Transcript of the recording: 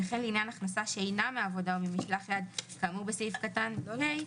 וכן לעניין הכנסה שאינה הכנסה מעבודה או ממשלח יד כאמור בסעיף קטן (ה),